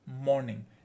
morning